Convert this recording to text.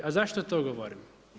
A zašto to govorim?